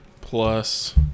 plus